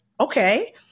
Okay